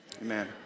Amen